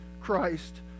Christ